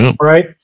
right